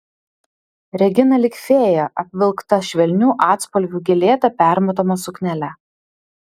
regina lyg fėja apvilkta švelnių atspalvių gėlėta permatoma suknele